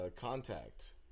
contact